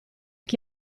chi